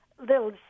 little